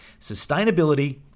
sustainability